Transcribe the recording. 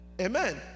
Amen